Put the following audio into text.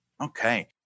Okay